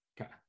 Okay